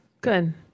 Good